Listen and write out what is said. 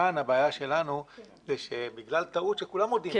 כאן הבעיה שלנו היא שבגלל טעות שכולם מודים בה,